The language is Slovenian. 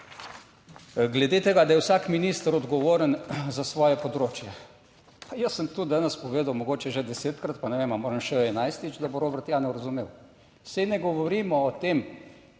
Glede tega, da je vsak minister odgovoren za svoje področje. Jaz sem tudi danes povedal mogoče že desetkrat, pa ne vem, ali moram še, 11-ič da bo Robert javno razumel. Saj ne govorimo o tem,